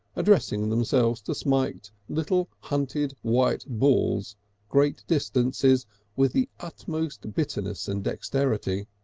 addressing themselves to smite little hunted white balls great distances with the utmost bitterness and dexterity.